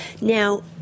Now